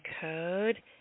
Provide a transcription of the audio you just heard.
code